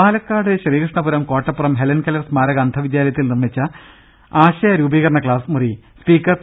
Palakkad Sreekrishnapuram Kottappuram Helen Keller സ്മാരക അന്ധ വിദ്യാലയത്തിൽ നിർമിച്ച ആശയ രൂപീകരണ ക്ലാസ്സ് മുറി സ്പീക്കർ പി